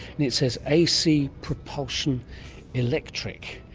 and it says ac propulsion electric.